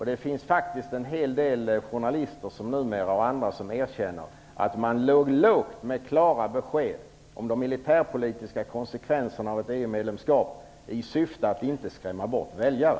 Det finns faktiskt en hel del journalister och andra som nu erkänner att de låg lågt med klara besked om de militärpolitiska konsekvenserna av ett EU medlemskap i syfte att inte skrämma bort väljare.